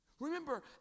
Remember